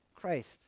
Christ